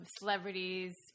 celebrities